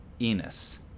Enos